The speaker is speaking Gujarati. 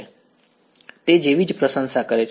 વિદ્યાર્થી તે જેવી જ પ્રશંસા કરે છે